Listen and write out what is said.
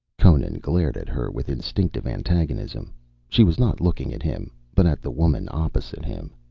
conan glared at her with instinctive antagonism she was not looking at him, but at the woman opposite him.